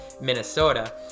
minnesota